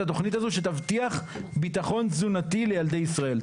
התוכנית הזו שתבטיח ביטחון תזונתי לילדי ישראל.